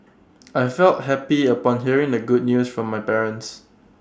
I felt happy upon hearing the good news from my parents